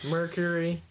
Mercury